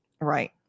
right